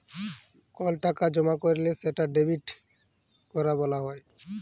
call টাকা জমা ক্যরলে সেটা ডেবিট ক্যরা ব্যলা হ্যয়